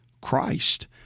Christ